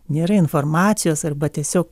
nėra informacijos arba tiesiog